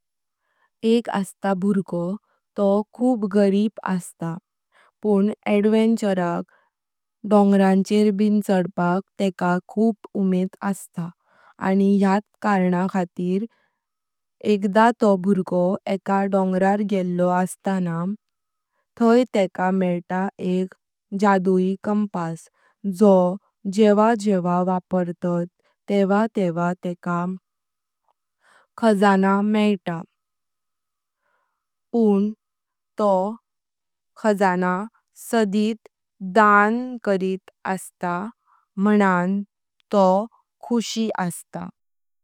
एक आस्ता बुरगो तोभखुप गरीब आस्ता फः एडवेंचराक डोंगर ब चडबाचि तेका खुप उमेद आस्ता आनी यात करणा खातीर एकदा तो बुरगो एका डोंगरार गेल्लो आस्तांतेका थाई तेका मित एक जादुई कम्पास्स जो जेवा जेवा वापरतात तेवा तेवा तेका खजाना मितय। पन तो तो खजाना साधीत दान करीत आस्ता मानन तो खोशि आस्ता।